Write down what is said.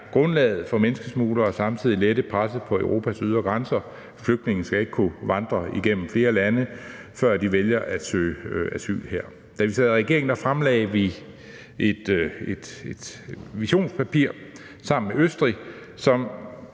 grundlaget for menneskesmugler og samtidig lette presset på Europas ydre grænser. Flygtninge skal ikke kunne vandre igennem flere lande, før de vælger at søge asyl her. Da vi sad i regering, fremlagde vi et visionspapir sammen med Østrig, som